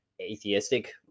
atheistic